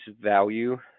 value